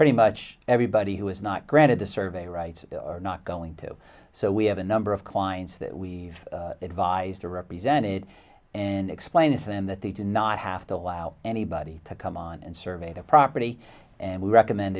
pretty much everybody who is not granted the survey rights are not going to so we have a number of clients that we advised to represent it and explain to them that they did not have to allow anybody to come on and survey the property and we recommend